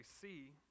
see